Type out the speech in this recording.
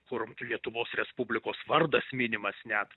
kur lietuvos respublikos vardas minimas net